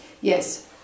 Yes